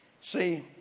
See